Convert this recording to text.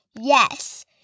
Yes